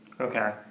Okay